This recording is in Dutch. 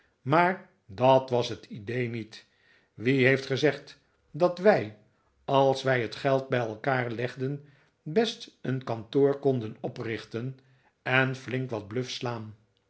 maar dat was het idee niet wie heeft gezegd dat wij als wij het geld bij elkaar legden best een kantoor konden oprichten en flink wat bluf slaan